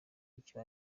icyo